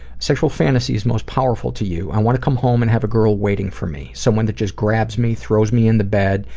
sexual fantasies most powerful to you? i want to come home and have a girl waiting for me. someone that just grabs me, throws me in the bed,